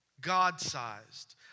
God-sized